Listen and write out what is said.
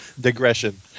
digression